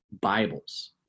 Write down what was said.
Bibles